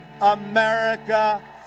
America